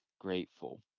grateful